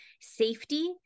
safety